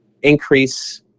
increase